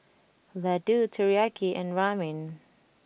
Ladoo Teriyaki and Ramen